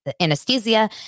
anesthesia